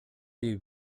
jej